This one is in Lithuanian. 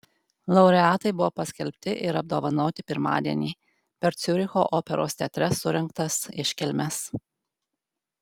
laureatai buvo paskelbti ir apdovanoti pirmadienį per ciuricho operos teatre surengtas iškilmes